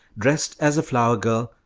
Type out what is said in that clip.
dressed as a flower girl,